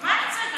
מה אתה צועק,